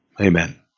amen